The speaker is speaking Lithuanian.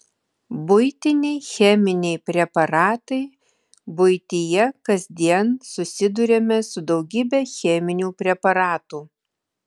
buitiniai cheminiai preparatai buityje kasdien susiduriame su daugybe cheminių preparatų